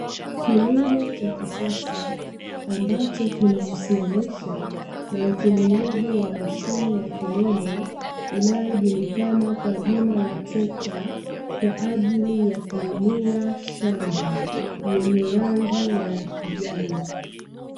Kilimo cha kisasa ambacho kinahusianisha na utumiaji wa mashine ya kilimo, inayojulikana kwa jina la trekta kwa ajili ya kulimia shamba yenye rangi ya kijani.